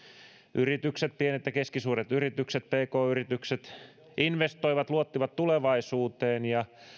yritykset pienet ja keskisuuret yritykset pk yritykset investoivat luottivat tulevaisuuteen ja